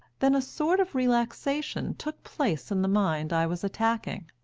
than a sort of relaxation took place in the mind i was attacking.